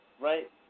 Right